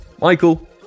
Michael